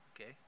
okay